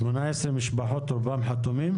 שמונה עשר משפחות, רובם חתומים?